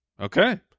okay